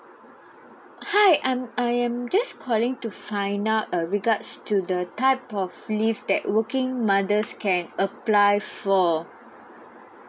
hi I'm I am just calling to find out uh regards to the type of leave that working mothers can apply for